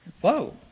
whoa